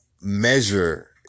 measure